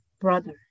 brother